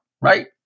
right